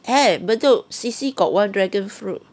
have bedok C_C got one dragon fruit